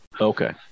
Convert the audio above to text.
Okay